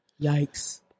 Yikes